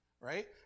Right